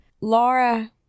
Laura